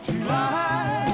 July